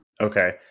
Okay